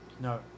No